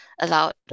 allowed